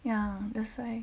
ya that's why